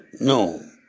No